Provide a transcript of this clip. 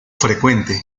frecuente